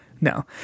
No